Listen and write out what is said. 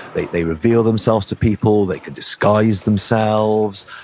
they they reveal themselves to people, they can disguise themselves,